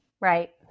Right